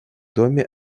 доме